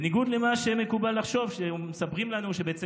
בניגוד למה שמקובל לחשוב שמספרים לנו שבעצם